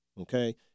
Okay